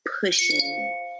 pushing